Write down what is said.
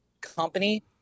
company